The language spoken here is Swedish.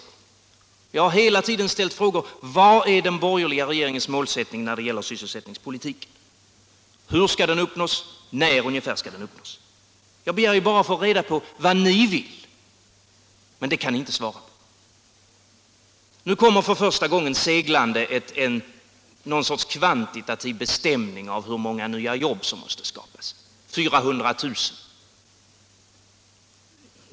Hela tiden har jag frågat om den borgerliga regeringens mål när det gäller sysselsättningspolitiken. Hur skall målen uppnås och när ungefär kan det ske? Jag begär ju bara att få reda på vad ni vill, men det kan ni inte svara på. Nu kommer för första gången seglande någon sorts kvantitativ bestämning av hur många nya jobb som måste skapas, alltså 400 000.